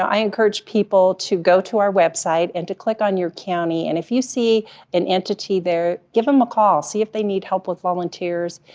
i encourage people to go to our website and to click on your county, and if you see an entity there, give them a call, see if they need help with volunteers.